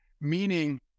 meaning